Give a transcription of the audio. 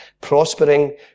Prospering